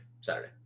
saturday